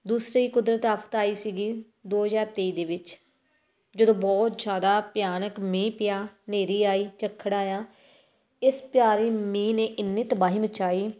ਦੂਸਰੀ ਕੁਦਰਤ ਆਫ਼ਤ ਆਈ ਸੀਗੀ ਦੋ ਹਜ਼ਾਰ ਤੇਈ ਦੇ ਵਿੱਚ ਜਦੋਂ ਬਹੁਤ ਜ਼ਿਆਦਾ ਭਿਆਨਕ ਮੀਂਹ ਪਿਆ ਹਨੇਰੀ ਆਈ ਝੱਖੜ ਆਇਆ ਇਸ ਭਾਰੀ ਮੀਂਹ ਨੇ ਇੰਨੀ ਤਬਾਹੀ ਮਚਾਈ